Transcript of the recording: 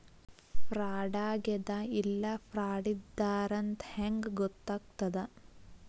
ಫ್ರಾಡಾಗೆದ ಇಲ್ಲ ಫ್ರಾಡಿದ್ದಾರಂತ್ ಹೆಂಗ್ ಗೊತ್ತಗ್ತದ?